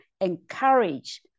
encourage